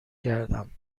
کردم